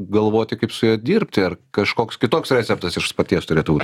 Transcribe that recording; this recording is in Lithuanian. galvoti kaip su ja dirbti ar kažkoks kitoks receptas iš paties turėtų būt